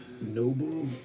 noble